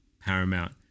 paramount